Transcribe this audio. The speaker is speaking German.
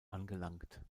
angelangt